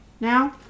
now